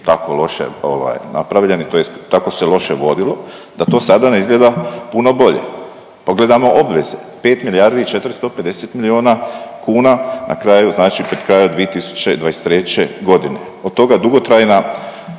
tako loše, ovaj napravljeni tj. tako se loše vodilo da to sada ne izgleda puno bolje. Pogledajmo obveze, 5 milijardi i 450 milijuna kuna na kraju znači pri kraju 2023. godine. Od toga dugotrajna,